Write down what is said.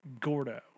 Gordo